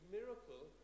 miracle